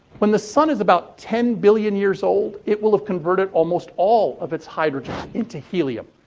when the sun is about ten billion years old it will have converted almost all of its hydrogen into helium.